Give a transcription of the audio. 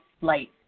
light